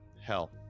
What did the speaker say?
hell